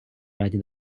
раді